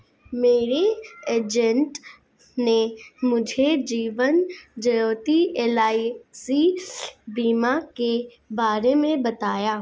मेरे एजेंट ने मुझे जीवन ज्योति एल.आई.सी बीमा के बारे में बताया